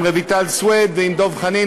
עם רויטל סויד ועם דב חנין,